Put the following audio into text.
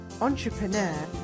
entrepreneur